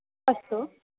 अस्तु